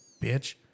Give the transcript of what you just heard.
bitch